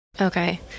Okay